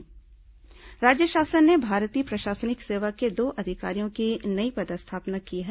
पदस्थापना राज्य शासन ने भारतीय प्रशासनिक सेवा के दो अधिकारियों की नई पदस्थापना की है